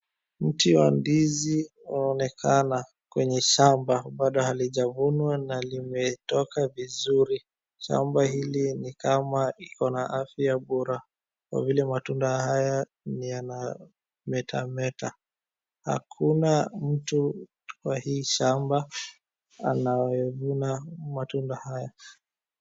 Mti wa ndizi unaonekana kwenye shamba bado halijavunwa na limetoka vizuri. Shamba hili ni kama iko na afya bora kwa vile matunda haya ni yana metameta. Hakuna mtu kwa hii shamba anayevuna matunda haya.